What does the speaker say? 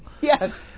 Yes